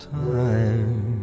time